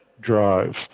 drive